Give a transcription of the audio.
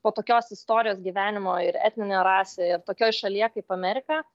po tokios istorijos gyvenimo ir etninė rasė ir tokioj šalyje kaip amerika